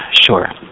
sure